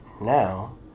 now